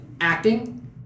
acting